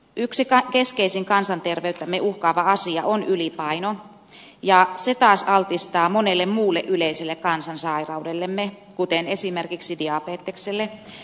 yksi keskeisin kansanterveyttämme uhkaava asia on ylipaino ja se taas altistaa monelle muulle yleiselle kansansairaudellemme kuten esimerkiksi diabetekselle